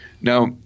now